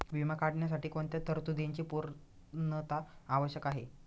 विमा काढण्यासाठी कोणत्या तरतूदींची पूर्णता आवश्यक आहे?